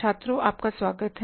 छात्रों आपका स्वागत हैं